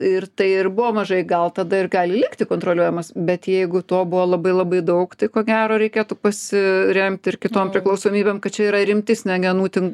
ir tai ir buvo mažai gal tada ir gali likti kontroliuojamas bet jeigu to buvo labai labai daug tai ko gero reikėtų pasiremt ir kitom priklausomybėm kad čia yra rimti smegenų tin